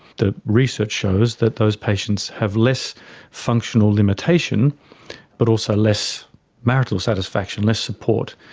the research shows that those patients have less functional limitation but also less marital satisfaction, less support.